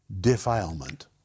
defilement